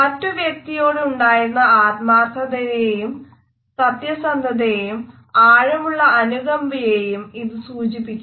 മറ്റു വ്യക്തിയോടുണ്ടായിരുന്ന ആത്മാർത്ഥതയേയും സത്യസന്ധതയെയും ആഴമുള്ള അനുകമ്പയേയും ഇത് സൂചിപ്പിക്കുന്നു